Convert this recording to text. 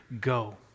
go